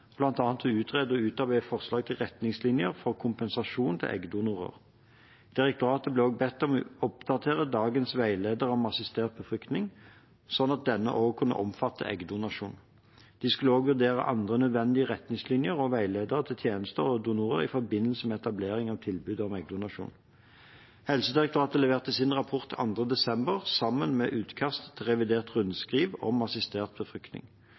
utrede og utarbeide forslag til retningslinjer for kompensasjon til eggdonorer. Direktoratet ble også bedt om å oppdatere dagens veileder om assistert befruktning, slik at denne også kunne omfatte eggdonasjon. De skulle også vurdere andre nødvendige retningslinjer og veiledere til tjenester og donorer i forbindelse med etablering av tilbudet om eggdonasjon. Helsedirektoratet leverte sin rapport 2. desember sammen med utkast til revidert rundskriv om assistert befruktning.